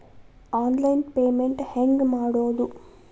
Online payment ಹೆಂಗ್ ಮಾಡೋದು?